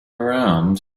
around